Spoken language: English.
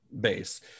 base